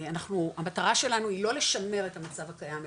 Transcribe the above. המטרה שלנו היא לא לשמר את המצב הקיים,